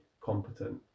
competent